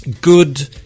good